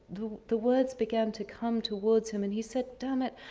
the words began to come towards him and he said, damn it.